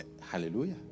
Hallelujah